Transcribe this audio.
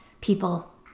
people